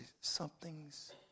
something's